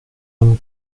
homme